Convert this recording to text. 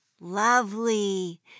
lovely